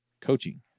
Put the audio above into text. coaching